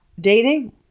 dating